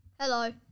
Hello